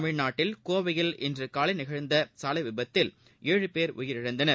தமிழ்நாட்டில் கோவையில் இன்று காலை நடந்த சாலை விபத்தில் ஏழு பேர் உயிரிழந்தனர்